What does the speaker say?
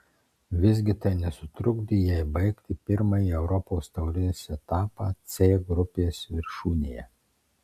visgi tai nesutrukdė jai baigti pirmąjį europos taurės etapą c grupės viršūnėje